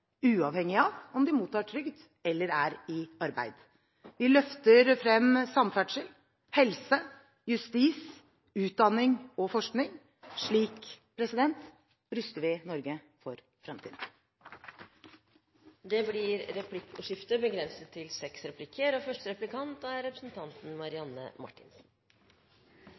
uavhengig av om de mottar trygd eller er i arbeid. Vi løfter frem samferdsel, helse, justis, utdanning og forskning. Slik ruster vi Norge for fremtiden. Det blir replikkordskifte. I Arbeiderpartiet er vi grunnleggende sett positive til